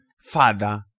Father